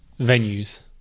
venues